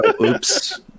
oops